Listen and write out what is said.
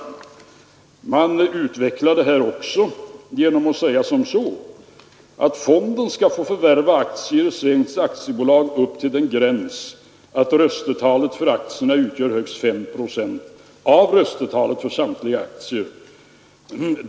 Man utvecklar detta också genom att säga att fonden skall få förvärva aktier i svenskt aktiebolag upp till en gräns där röstetalet för aktierna utgör högst 5 procent av röstetalet för samtliga aktier.